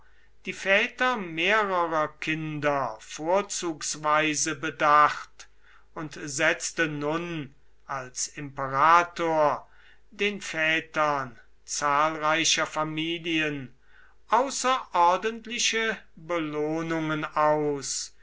die väter mehrerer kinder vorzugsweise bedacht und setzte nun als imperator den vätern zahlreicher familien außerordentliche belohnungen aus